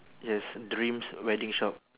yes dreams wedding shop